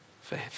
faith